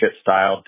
style